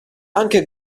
anche